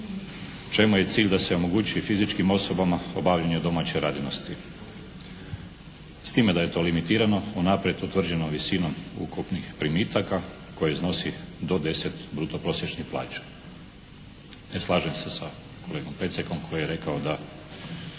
čemu je cilj da se omogući i fizičkim osobama obavljanje domaće radinosti. S time da je to limitirano, unaprijed utvrđeno visinom ukupnih primitaka koji iznosi do 10 bruto prosječnih plaća. Ne slažem se sa kolegom Pecekom koji je rekao da